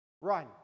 run